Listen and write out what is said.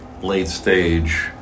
late-stage